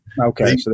Okay